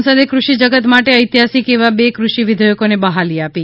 સંસદે કૃષિ જગત માટે ઐતિહાસિક એવાં બે કૃષિ વિધેયકોને બહાલી આપી